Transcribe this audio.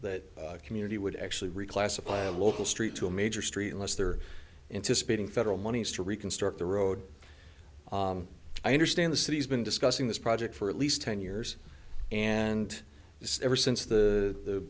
that community would actually reclassify a local street to a major street unless they're anticipating federal monies to reconstruct the road i understand the city's been discussing this project for at least ten years and ever since the